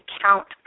count